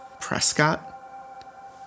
Prescott